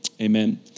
Amen